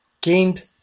gained